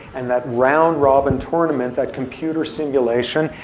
and that round robin tournament, that computer simulation,